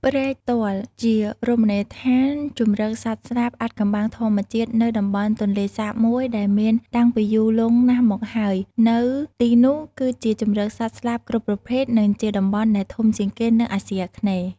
ព្រែកទាល់ជារមណីយដ្ឋានជំរកសត្វស្លាបអាថ៍កំបាំងធម្មជាតិនៅតំបន់ទន្លេសាបមួយដែលមានតាំងពីយូរលង់ណាស់មកហើយនៅទីនោះគឺជាជំរកសត្វស្លាបគ្រប់ប្រភេទនិងជាតំបន់ដែលធំជាងគេនៅអាសុីអាគ្នេយ៍។